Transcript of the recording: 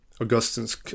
Augustine's